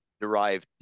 derived